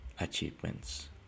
achievements